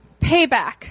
Payback